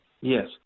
Yes